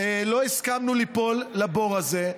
לא הסכמנו ליפול לבור הזה,